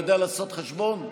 אני קורא אותך לסדר פעם ראשונה.